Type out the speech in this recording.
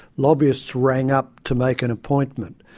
lobbyists rang up to make an appointment,